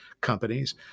companies